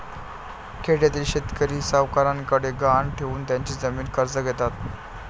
खेड्यातील शेतकरी सावकारांकडे गहाण ठेवून त्यांची जमीन कर्ज घेतात